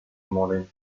morin